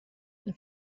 and